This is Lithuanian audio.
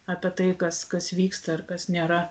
apie tai kas kas vyksta ir kas nėra